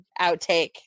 outtake